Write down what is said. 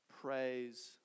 Praise